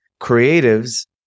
creatives